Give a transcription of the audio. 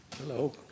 Hello